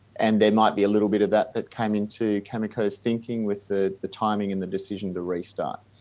and there might be a little bit of that that came into cameco's thinking with the the timing and the decision to restart.